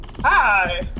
hi